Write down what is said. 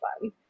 fun